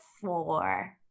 four